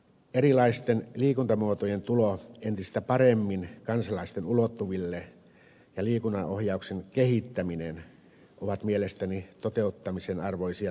erilaisten liikuntamuotojen tulo entistä paremmin kansalaisten ulottuville ja liikunnanohjauksen kehittäminen ovat mielestäni toteuttamisen arvoisia toimenpiteitä